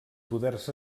poders